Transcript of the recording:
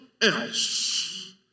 else